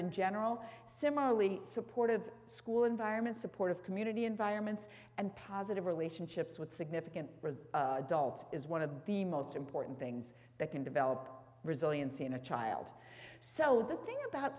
in general similarly supportive school environment supportive community environments and positive relationships with significant dulled is one of the most important things that can develop resiliency in a child so the thing about